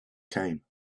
came